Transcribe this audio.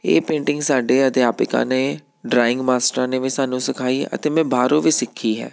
ਇਹ ਪੇਂਟਿੰਗ ਸਾਡੇ ਅਧਿਆਪਿਕਾ ਨੇ ਡਰਾਇੰਗ ਮਾਸਟਰਾਂ ਨੇ ਵੀ ਸਾਨੂੰ ਸਿਖਾਈ ਅਤੇ ਮੈਂ ਬਾਹਰੋਂ ਵੀ ਸਿੱਖੀ ਹੈ